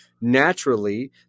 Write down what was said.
naturally